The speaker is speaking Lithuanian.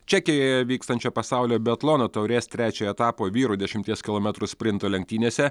čekijoje vykstančio pasaulio biatlono taurės trečiojo etapo vyrų dešimties kilometrų sprinto lenktynėse